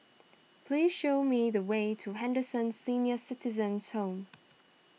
please show me the way to Henderson Senior Citizens' Home